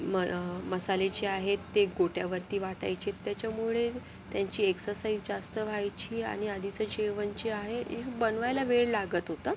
म मसाले जे आहेत ते गोट्यावरती वाटायचे त्याच्यामुळे त्यांची एक्सरसाइज जास्त व्हायची आणि आधीचं जेवण जे आहे बनवायला वेळ लागत होता